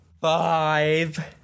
five